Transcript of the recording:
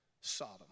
Sodom